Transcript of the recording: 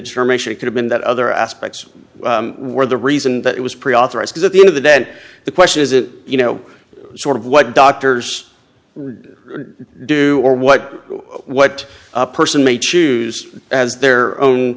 determination it could have been that other aspects were the reason that it was pre authorized at the end of the day the question is that you know sort of what doctors would do or what what a person may choose as their own